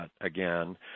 again